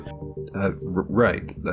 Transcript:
Right